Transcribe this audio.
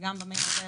ובמייל זה